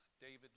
David